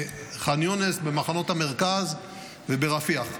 בח'אן יונס, במחנות המרכז וברפיח.